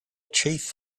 chief